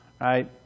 Right